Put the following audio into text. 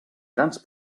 grans